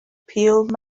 pure